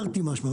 תרתי משמע,